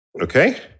Okay